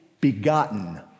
begotten